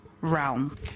realm